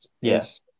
Yes